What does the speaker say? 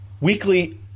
weekly